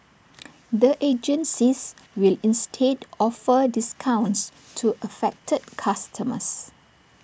the agencies will instead offer discounts to affected customers